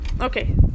Okay